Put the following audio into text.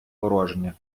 порожня